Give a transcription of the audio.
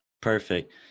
Perfect